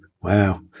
Wow